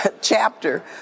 chapter